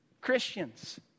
Christians